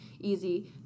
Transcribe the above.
easy